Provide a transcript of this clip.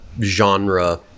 genre